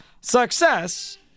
success